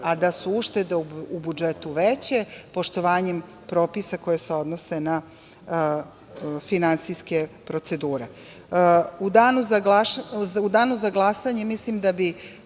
a da su uštede u budžetu veće, poštovanjem propisa koji se odnose na finansijske procedure.U Danu za glasanje mislim da bi